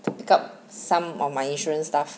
pick up some of my insurance stuff